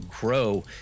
grow